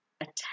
attack